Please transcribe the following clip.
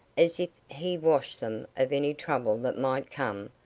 as if he washed them of any trouble that might come,